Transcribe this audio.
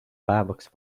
päevaks